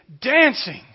dancing